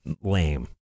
lame